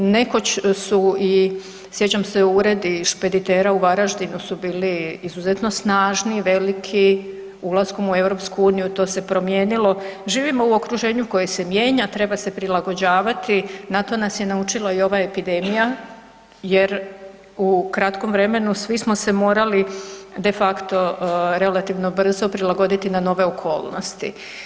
Nekoć su i sjećam se uredi špeditera u Varaždinu su bili izuzetno snažni, veliki, ulaskom u EU, to se promijenilo, živimo u okruženju koje se mijenja, treba se prilagođavati, na to nas je naučila i ova epidemija jer u kratkom vremenu svi smo se morali de facto relativno brzo prilagoditi na nove okolnosti.